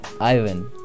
Ivan